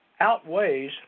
outweighs